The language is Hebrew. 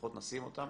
שלפחות נשים אותן